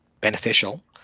beneficial